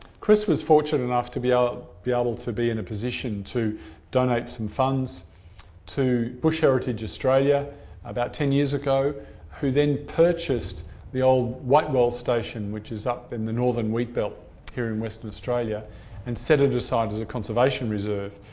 chris was fortunate enough to be able to be in a position to donate some funds to bush heritage australia about ten years ago who then purchased the old white wells station which is up in the northern wheatbelt here in western australia and set it aside as a conservation reserve.